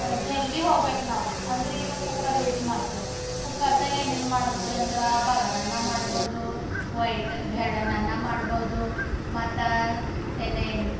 ಜಲ್ದಿ ಹೋಗ್ಬೇಕು ನಾವು ಅಂದರೆ ಈಗ ಕುಕ್ಕರ್ ಯೂಸ್ ಮಾಡ್ತೇವೆ ಕುಕ್ಕರ್ದಾಗ ಏನೇನು ಮಾಡ್ಬೋದಂದ್ರೆ ಬಗಾರನ್ನು ಮಾಡ್ಬೋದು ವೈಟ್ ಬೇಳೆನ ಅನ್ನ ಮಾಡ್ಬೋದು ಮತ್ತು ಏನೇ